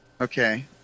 Okay